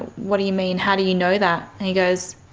what do you mean? how do you know that? he goes,